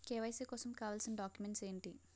KYC కోసం కావాల్సిన documents ఎంటి?